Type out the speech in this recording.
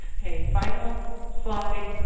okay, final slide.